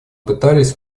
пытались